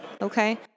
Okay